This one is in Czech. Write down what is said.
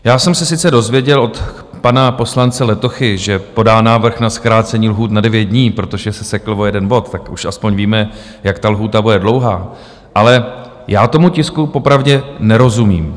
Já jsem se sice dozvěděl od pana poslance Letochy, že podá návrh na zkrácení lhůt na 9 dní, protože se sekl o jeden bod, tak už aspoň víme, jak ta lhůta bude dlouhá, ale já tomu tisku popravdě nerozumím.